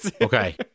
Okay